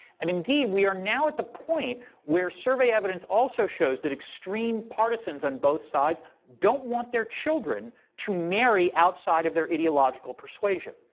and indeed we are now at the point where survey evidence also shows that extreme partisans on both sides don't want their children to marry outside of their ideological persuasion.